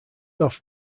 off